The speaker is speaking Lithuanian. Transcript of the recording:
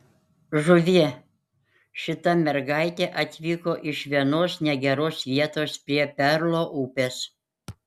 žuvie šita mergaitė atvyko iš vienos negeros vietos prie perlo upės